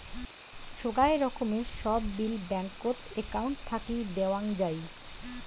সোগায় রকমের সব বিল ব্যাঙ্কত একউন্ট থাকি দেওয়াং যাই